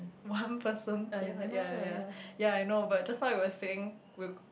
one person ya ya ya ya I know but just now you were saying we'll